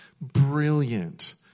brilliant